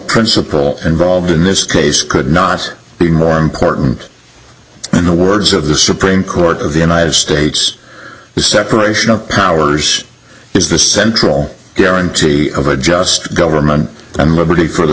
principle involved in this case could not be more important than the words of the supreme court of the united states the separation of powers is the central guarantee of a just government and liberty for the